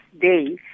day